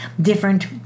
Different